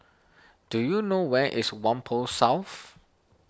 do you know where is Whampoa South